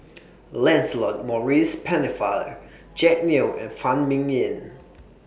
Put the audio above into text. Lancelot Maurice Pennefather Jack Neo and Phan Ming Yen